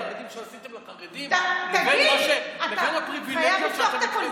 את משווה בין מה שעשיתם לחרדים לבין הפריבילגיות שאתם מקבלים